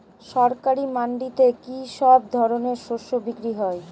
সরকারি মান্ডিতে কি সব ধরনের শস্য বিক্রি হয়?